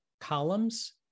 columns